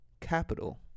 capital